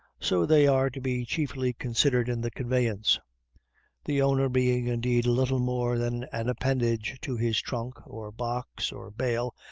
so they are to be chiefly considered in the conveyance the owner being indeed little more than an appendage to his trunk, or box, or bale,